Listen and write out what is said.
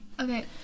Okay